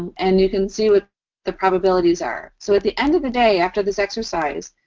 and you can see what the probabilities are. so, at the end of the day after this exercise,